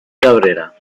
cabrera